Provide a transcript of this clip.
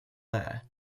there